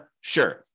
Sure